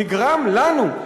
נגרם לנו,